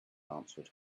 answered